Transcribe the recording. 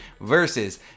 versus